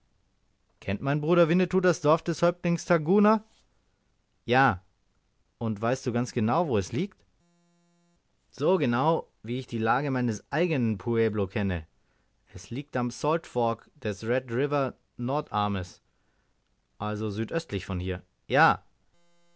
kennt mein bruder winnetou das dorf des häuptlings tangua ja und weißt du ganz genau wo es liegt so genau wie ich die lage meines eigenen pueblo kenne es liegt am salt fork des red river nordarmes also südöstlich von hier ja